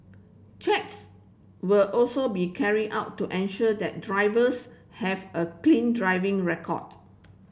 checks will also be carried out to ensure that drivers have a clean driving record